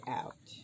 out